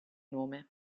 nome